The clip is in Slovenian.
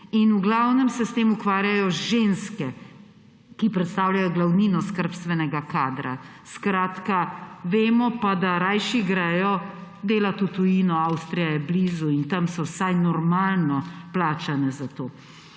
in v glavnem se s tem ukvarjajo ženske, ki predstavljajo glavnino skrbstvenega kadra. Vemo pa, da raje grejo delat v tujino, Avstrija je blizu in tam so vsaj normalno plačane za to.